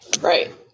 Right